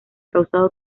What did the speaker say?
causado